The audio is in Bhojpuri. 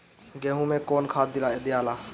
गेहूं मे कौन खाद दियाला?